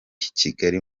kigali